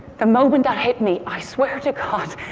the moment that hit me, i swear to god,